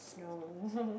so